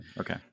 okay